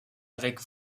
avec